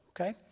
Okay